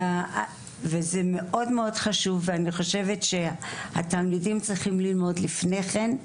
אני חושבת שהתלמידים צריכים ללמוד לפני כן,